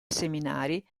seminari